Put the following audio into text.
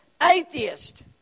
Atheist